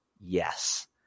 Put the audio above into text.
Yes